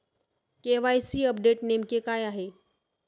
KYC update नेमके काय आहे?